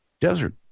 desert